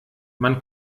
man